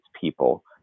people